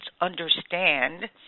understand